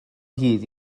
hyd